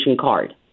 card